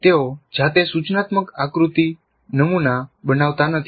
તેઓ જાતે સૂચનાત્મક આકૃતિ નમુના બનાવતા નથી